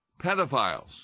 pedophiles